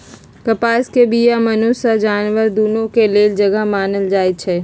कपास के बीया मनुष्य आऽ जानवर दुन्नों के लेल जहर मानल जाई छै